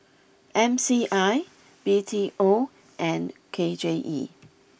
M C I B T O and K J E